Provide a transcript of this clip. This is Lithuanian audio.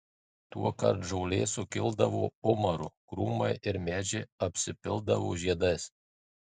tuokart žolė sukildavo umaru krūmai ir medžiai apsipildavo žiedais